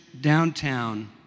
Downtown